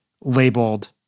labeled